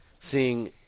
seeing